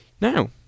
Now